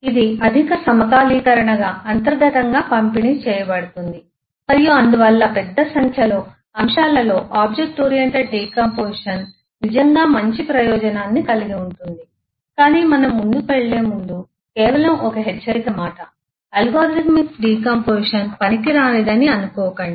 ఇది అధిక సమకాలీకరణగా అంతర్గతంగా పంపిణీ చేయబడుతుంది మరియు అందువల్ల పెద్ద సంఖ్యలో అంశాలలో ఆబ్జెక్ట్ ఓరియెంటెడ్ డికాంపొజిషన్ నిజంగా మంచి ప్రయోజనాన్ని కలిగి ఉంటుంది కాని మనం ముందుకు వెళ్ళే ముందు కేవలం ఒక హెచ్చరిక మాట అల్గోరిథమిక్ డికాంపొజిషన్ పనికిరానిదని అనుకోకండి